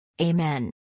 Amen